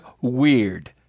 weird